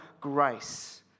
grace